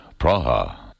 Praha